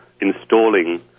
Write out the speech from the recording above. installing